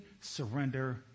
surrender